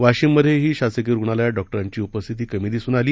वाशिममध्येही शासकीय रुग्णालयात डॉक्टरांची उपस्थिती कमी दिसून आली